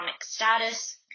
status